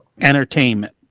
entertainment